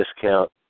discount